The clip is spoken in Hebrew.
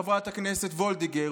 חברת הכנסת וולדיגר,